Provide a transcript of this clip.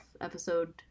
episode